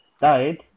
died